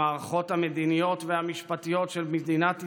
המערכות המדיניות והמשפטיות של מדינת ישראל,